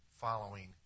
following